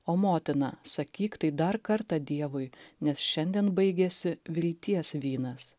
o motina sakyk tai dar kartą dievui nes šiandien baigėsi vilties vynas